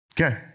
Okay